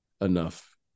enough